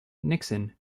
nixon